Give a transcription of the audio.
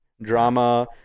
drama